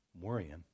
worrying